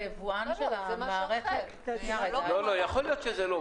היבואן של המערכת ------ אין לי בעיה.